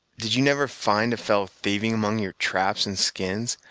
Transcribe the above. did you never find a fellow thieving among your traps and skins,